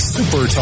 Super